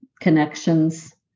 connections